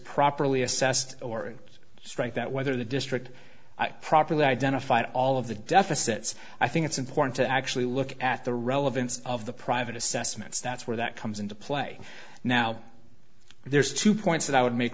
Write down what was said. properly assessed or strike that whether the district properly identified all of the deficit i think it's important to actually look at the relevance of the private assessments that's where that comes into play now there's two points that i would make